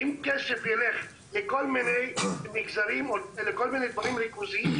אם כסף ילך לכל מיני מגזרים או לכל מיני דברים ריכוזיים,